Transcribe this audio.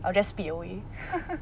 I will just speed away